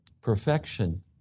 perfection